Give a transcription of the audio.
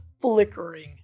flickering